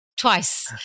twice